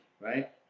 right